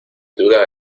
duda